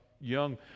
young